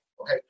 Okay